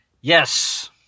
Yes